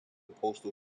postal